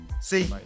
See